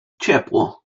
ciepło